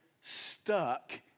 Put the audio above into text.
stuck